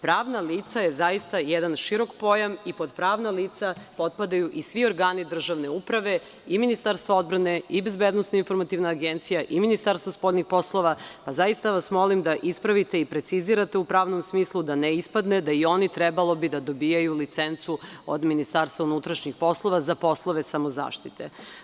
Pravna lica“ je zaista jedan širok pojam i pod pravna lica potpadaju i svi organi državne uprave i Ministarstvo odbrane i BIA i Ministarstvo spoljnih poslova i zaista vas molim da ispravite i precizirate u pravnom smislu, da ne ispadne da bi i oni trebalo da dobijaju licencu od MUP za poslove samozaštite.